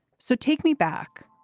so take me back